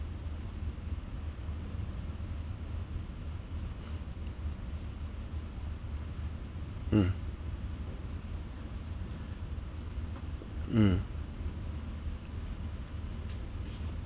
mm hmm